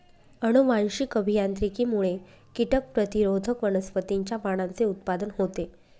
अनुवांशिक अभियांत्रिकीमुळे कीटक प्रतिरोधक वनस्पतींच्या वाणांचे उत्पादन होते